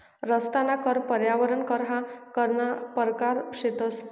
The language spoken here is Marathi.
रस्ताना कर, पर्यावरण कर ह्या करना परकार शेतंस